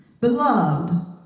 Beloved